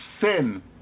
sin